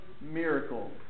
miracle